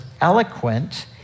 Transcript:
eloquent